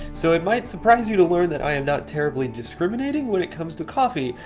so it might surprise you to learn that i am not terribly discriminating when it comes to coffee.